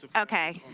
but okay.